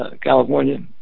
California